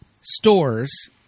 stores